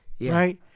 right